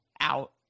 out